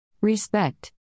Respect